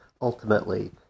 ultimately